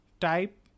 type